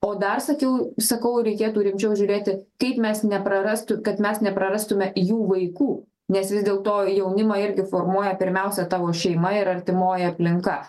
o dar sakiau sakau reikėtų rimčiau žiūrėti kaip mes neprarastų kad mes neprarastume jų vaikų nes vis dėlto jaunimą irgi formuoja pirmiausia tavo šeima ir artimoji aplinka